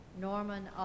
Norman